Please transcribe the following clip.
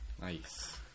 Nice